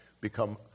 become